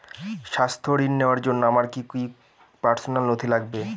স্বাস্থ্য ঋণ নেওয়ার জন্য আমার কি কি পার্সোনাল নথি লাগবে?